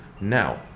Now